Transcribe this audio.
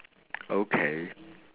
okay